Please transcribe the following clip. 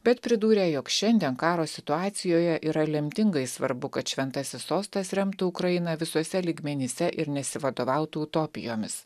bet pridūrė jog šiandien karo situacijoje yra lemtingai svarbu kad šventasis sostas remtų ukrainą visuose lygmenyse ir nesivadovautų utopijomis